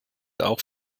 auch